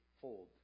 fold